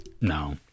No